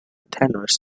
tenors